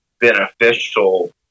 beneficial